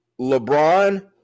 LeBron